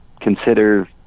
consider